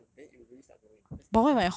transplant then it will really start growing cause